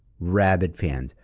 rabid fans.